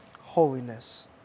holiness